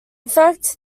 fact